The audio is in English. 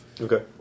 Okay